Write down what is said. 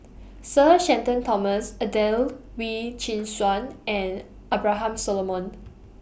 Sir Shenton Thomas Adelene Wee Chin Suan and Abraham Solomon